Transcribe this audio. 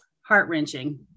heart-wrenching